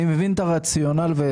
אני מבין את הרציונל שמשה מתאר,